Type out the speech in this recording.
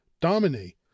Domine